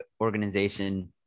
organization